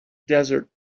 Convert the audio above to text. desert